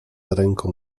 ręką